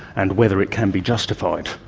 and whether it can be justified.